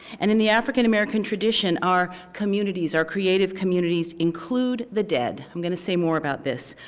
and in the african-american tradition, our communities, our creative communities, include the dead. i'm going to say more about this,